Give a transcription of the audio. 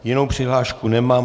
Jinou přihlášku nemám.